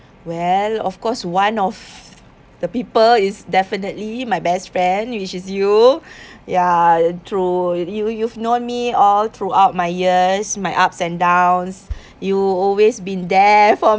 well of course one of the people is definitely my best friend which is you ya true you you've known me all throughout my years my ups and downs you always been there for